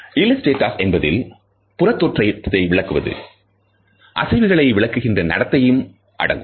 இல்லஸ்டேட்டஸ் என்பதில் புறத்தோற்றத்தை விளக்குவது அசைவுகளை விளக்குகிற நடத்தையும் அடங்கும்